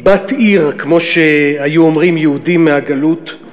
היא "בת עיר", כמו שהיו אומרים יהודים מהגלות.